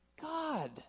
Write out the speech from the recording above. God